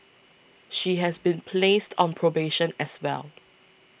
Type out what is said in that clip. she has been placed on probation as well